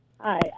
Hi